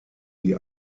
die